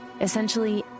essentially